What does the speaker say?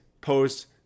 post